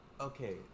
Okay